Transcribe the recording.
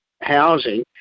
housing